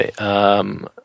Okay